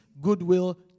goodwill